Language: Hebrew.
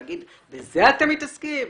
להגיד: "בזה אתם מתעסקים,